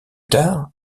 tard